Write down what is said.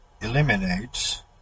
eliminates